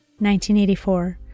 1984